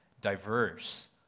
diverse